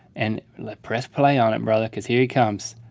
and like press play on it, brother, because. here he comes.